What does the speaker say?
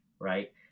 right